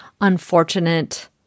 unfortunate